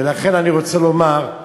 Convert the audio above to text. ולכן, אני רוצה לומר,